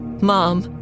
Mom